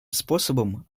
способом